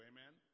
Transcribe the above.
Amen